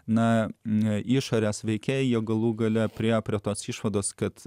na ne išorės veikėjai jie galų gale priėjo prie tos išvados kad